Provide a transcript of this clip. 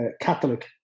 Catholic